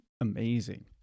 amazing